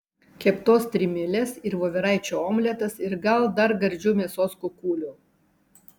keptos strimelės ir voveraičių omletas ir gal dar gardžių mėsos kukulių